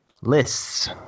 lists